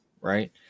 right